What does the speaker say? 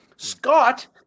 Scott